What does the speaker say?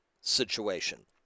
situation